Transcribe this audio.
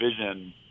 vision